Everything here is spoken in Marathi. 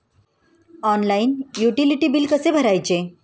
ऑनलाइन युटिलिटी बिले कसे भरायचे?